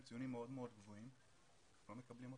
ציונים מאוד-מאוד גבוהים ולא מקבלים אותם.